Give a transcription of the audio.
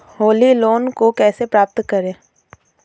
Holi loan को कैसे प्राप्त करें?